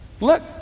look